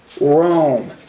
Rome